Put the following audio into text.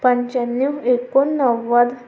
पंचाण्णव एकोणनव्वद